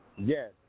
Yes